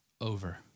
over